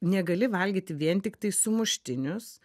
negali valgyti vien tiktai sumuštinius